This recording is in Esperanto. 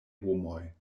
homoj